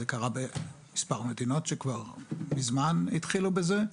זה קרה במספר מדינות שכבר מזמן התחילו בזה.